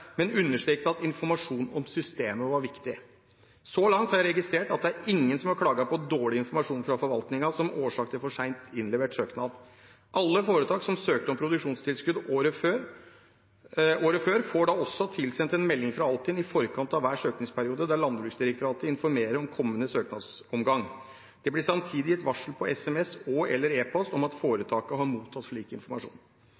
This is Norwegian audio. men understreket at informasjon om systemet var viktig. Så langt jeg har registrert, er det ingen som har klaget på dårlig informasjon fra forvaltningen som årsak til for sent innlevert søknad. Alle foretak som søkte om produksjonstilskudd året før, får da også tilsendt en melding fra Altinn i forkant av hver søknadsperiode, der Landbruksdirektoratet informerer om kommende søknadsomgang. Det blir samtidig gitt varsel på sms og/eller e-post om at foretaket har mottatt slik informasjon. Jeg minner om at